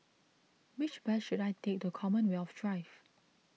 which bus should I take to Commonwealth Drive